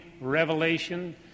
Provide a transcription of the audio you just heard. revelation